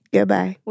Goodbye